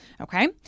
Okay